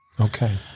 Okay